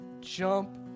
jump